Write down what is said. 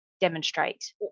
demonstrate